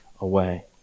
away